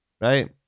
right